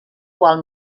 qual